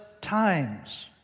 times